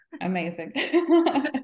Amazing